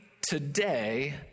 today